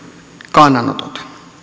kannanotot